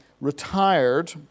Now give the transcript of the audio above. retired